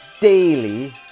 daily